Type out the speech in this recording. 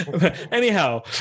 anyhow